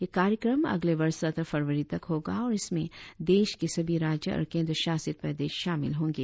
यह कार्यक्रम अगले वर्ष सत्रह फरवरी तक होगा और इसमें देश के सभी राज्य और केंद्र शासित प्रदेश शामिल होंगे